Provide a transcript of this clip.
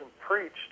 preached